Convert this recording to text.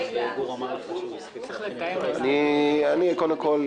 רביזיה היא לא ---?